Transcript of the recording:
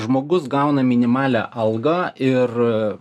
žmogus gauna minimalią algą ir